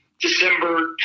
December